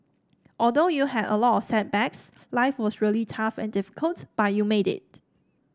although you had a lot of setbacks life was really tough and difficult but you made it